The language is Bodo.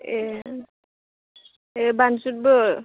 ए ए बानजुदबो